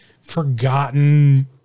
forgotten